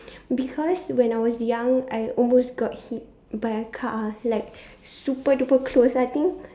because when I was young when I almost got hit by a car like super duper close I think